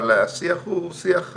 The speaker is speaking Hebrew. מה שאמרתי,